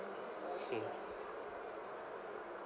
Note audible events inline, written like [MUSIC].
[LAUGHS]